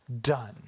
done